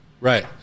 Right